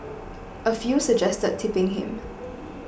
a few suggested tipping him